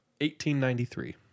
1893